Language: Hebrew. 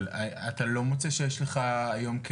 אבל אתה לא מוצא שיש לך היום,